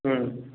ம்